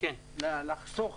לחסוך